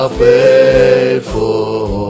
faithful